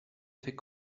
fait